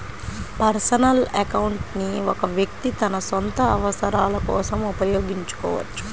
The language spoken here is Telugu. పర్సనల్ అకౌంట్ ని ఒక వ్యక్తి తన సొంత అవసరాల కోసం ఉపయోగించుకోవచ్చు